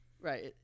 Right